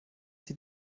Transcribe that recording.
sie